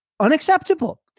Unacceptable